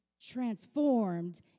transformed